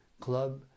club